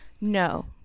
No